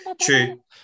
true